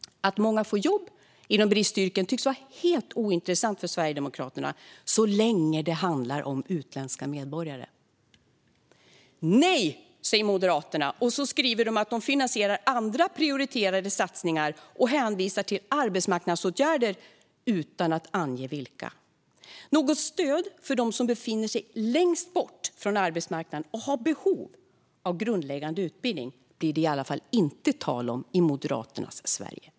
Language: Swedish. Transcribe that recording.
Att många får jobb inom bristyrken tycks vara helt ointressant för Sverigedemokraterna så länge det handlar om utländska medborgare. Nej, säger Moderaterna, och skriver att de finansierar andra prioriterade satsningar. De hänvisar till arbetsmarknadsåtgärder, dock utan att ange vilka. Något stöd för dem som befinner sig längst bort från arbetsmarknaden och har behov av grundläggande utbildning blir det i alla fall inte tal om i Moderaternas Sverige.